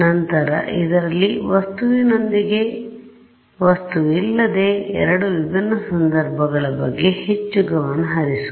ನಂತರ ಇದರಲ್ಲಿ ವಸ್ತುವಿನೊಂದಿಗೆ ವಸ್ತುವಿಲ್ಲದೆ ಎರಡು ವಿಭಿನ್ನ ಸಂದರ್ಭಗಳ ಬಗ್ಗೆ ಹೆಚ್ಚು ಗಮನ ಹರಿಸುವ